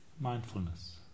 mindfulness